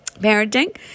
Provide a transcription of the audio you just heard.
parenting